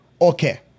okay